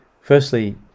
Firstly